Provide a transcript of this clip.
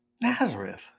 Nazareth